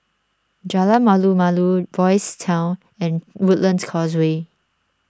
Jalan Malu Malu Boys' Town and Woodlands Causeway